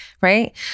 right